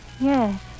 Yes